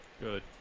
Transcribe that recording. Good